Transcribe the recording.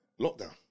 lockdown